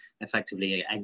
effectively